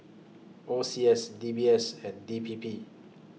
O C S D B S and D P P